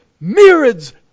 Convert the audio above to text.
myriads